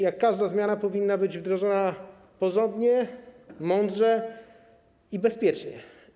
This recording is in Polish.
Jak każda zmiana powinna ona być wdrożona porządnie, mądrze i bezpiecznie.